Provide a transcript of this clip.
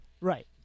right